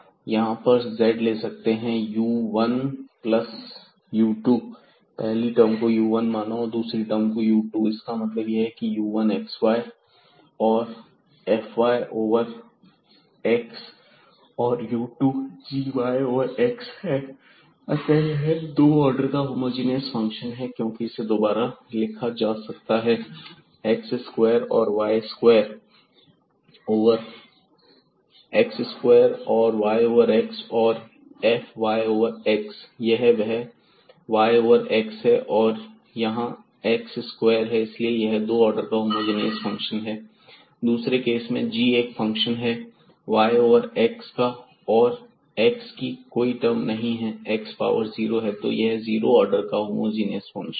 यहां पर z ले सकते हैं u1 प्लस u2 पहली टर्म को u1 माना और दूसरी को u2 इसका मतलब यह है की u1 xy और fy ओवर x है और u2 g y over x अतः यह दो आर्डर का होमोजीनियस फंक्शन है क्योंकि इसे दोबारा लिखा जा सकता है x स्क्वायर और y ओवर x और यह fy ओवर x यह वह फंक्शन y ओवर x है और यहां x स्क्वायर है इसलिए यह दो आर्डर का होमोजीनियस फंक्शन है दूसरे केस में g एक फंक्शन है y ओवर x का और x की कोई टर्म नहीं है x पावर 0 है तो यह जीरो ऑर्डर का होमोजीनियस फंक्शन है